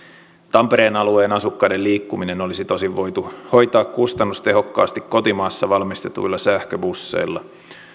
tampereen alueen asukkaiden liikkuminen olisi tosin voitu hoitaa kustannustehokkaasti kotimaassa valmistetuilla sähköbusseilla